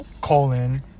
colon